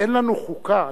אין לנו חוקה.